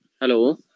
Hello